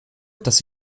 dass